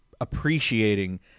appreciating